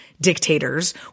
dictators